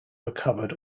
recovered